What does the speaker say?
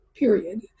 period